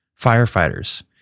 Firefighters